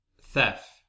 theft